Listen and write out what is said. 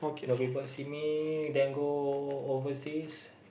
no people see me then go overseas